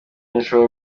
ntishobora